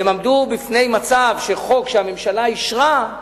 הם עמדו בפני מצב שחוק שהממשלה אישרה,